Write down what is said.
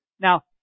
Now